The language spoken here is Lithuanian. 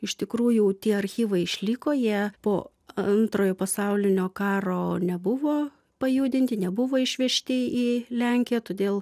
iš tikrųjų tie archyvai išliko jie po antrojo pasaulinio karo nebuvo pajudinti nebuvo išvežti į lenkiją todėl